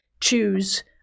choose